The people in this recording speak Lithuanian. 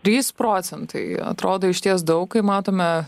trys procentai atrodo išties daug kai matome